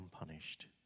unpunished